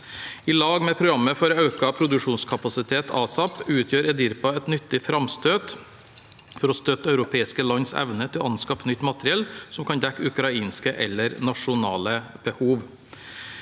Sammen med programmet for økt produksjonskapasitet, ASAP, utgjør EDIRPA et nyttig framstøt for å støtte europeiske lands evne til å anskaffe nytt materiell som kan dekke ukrainske eller nasjonale behov.